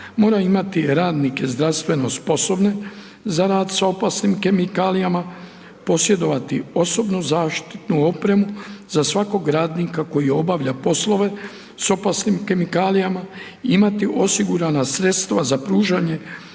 Mora imati radnike zdravstveno sposobne za rad s opasnim kemikalijama, posjedovati osobnu zaštitnu opremu za svakog radnika koji obavlja poslove s opasnim kemikalijama, imati osigurana sredstva za pružanje